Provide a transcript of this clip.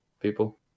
people